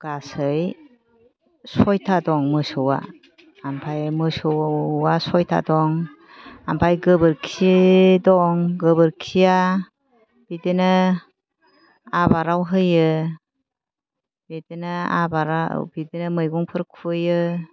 गासै सयथा दं मोसौआ ओमफ्राय मोसौया सयथा दं ओमफ्राय गोबोरखि दं गोबोरखिया बिदिनो आबाराव होयो बिदिनो आबाराव बिदिनो मैगंफोर खुबैयो